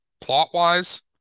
plot-wise